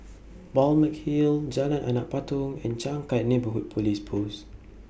Balmeg Hill Jalan Anak Patong and Changkat Neighbourhood Police Post